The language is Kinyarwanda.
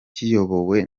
kiyobowe